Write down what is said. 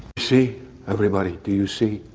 see everybody. do you see